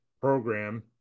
program